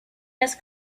las